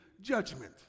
judgment